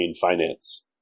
finance